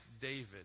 David